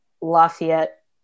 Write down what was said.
Lafayette